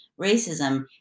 racism